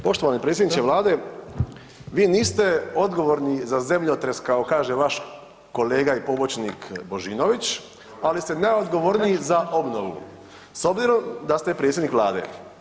Poštovani predsjedniče vlade, vi niste odgovorni za zemljotres kako kaže vaš kolega i pobočnik Božinović, ali ste najodgovorniji za obnovu s obzirom da ste predsjednik vlade.